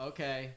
Okay